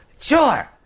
Sure